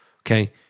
Okay